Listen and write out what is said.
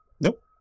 nope